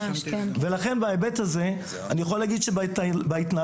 ולכן בהיבט הזה אני יכול להגיד שבהתנהלות